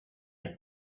was